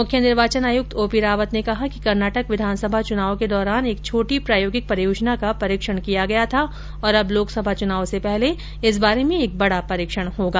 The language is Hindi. मुख्य निर्वाचन आयुक्त ओ पी रावत ने कहा कि कर्नाटक विधानसभा चुनाव के दौरान एक छोटी प्रायोगिक परियोजना का परीक्षण किया गया था और अब लोकसभा चुनाव से पहले इस बारे में एक बड़ा परीक्षण होगा